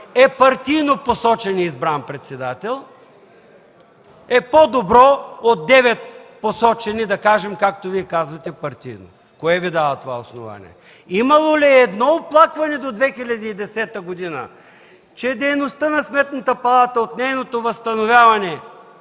е партийно посочен и избран председател, е по-добро от девет посочени, да кажем, както Вие, казвате партийни. Кой Ви дава това основание? Имало ли е едно оплакване до 2010 г., че дейността на Сметната палата от нейното възстановяване